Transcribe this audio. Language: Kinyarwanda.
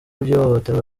by’ihohoterwa